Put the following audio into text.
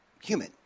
human